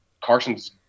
Carson's